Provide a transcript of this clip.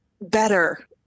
better